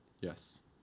Yes